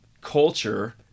culture